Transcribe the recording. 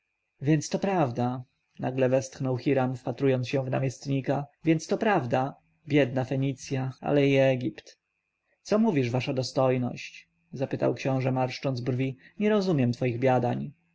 więc to prawda nagle westchnął hiram wpatrując się w namiestnika więc to prawda biedna fenicja ale i egipt co mówisz wasza dostojność zapytał książę marszcząc brwi nie rozumiem twoich biadań